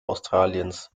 australiens